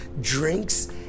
drinks